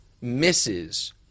Misses